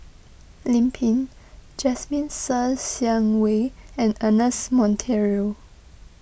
Lim Pin Jasmine Ser Xiang Wei and Ernest Monteiro